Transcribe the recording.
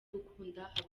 gukunda